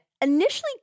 initially